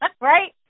right